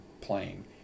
playing